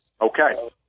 Okay